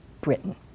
Britain